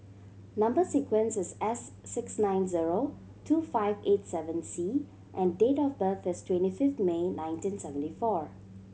number sequence is S six nine zero two five eight seven C and date of birth is twenty fifth May nineteen seventy four